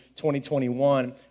2021